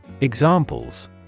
Examples